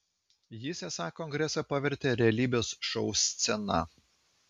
jis esą kongresą pavertė realybės šou scena